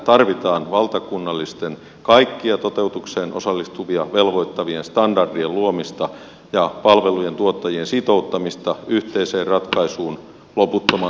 tarvitaan valtakunnallisten kaikkia toteutukseen osallistuvia velvoittavien standardien luomista ja palvelujen tuottajien sitouttamista yhteiseen ratkaisuun loputtoman